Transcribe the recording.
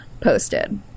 posted